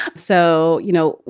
ah so, you know,